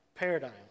paradigm